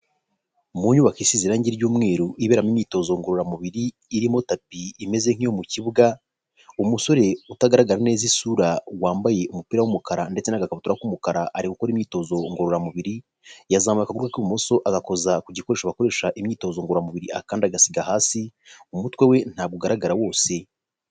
Mu nyubako isize irangi ry'umweru iberamo imyitozo ngororamubiri irimo tapi imeze nk'iyo mu kibuga, umusore utagaragara neza isura wambaye umupira w'umukara ndetse n'agakaputura k'umukara ari gukora imyitozo ngororamubiri, yazamuka akaguru ke kw'imoso agakoza ku gikoresho akoresha imyitozo ngoramubirikanda akandi agasiga hasi, umutwe we ntabwo ugaragara wose.